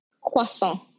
croissant